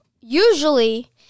usually